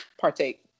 partake